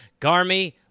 Garmy